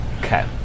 Okay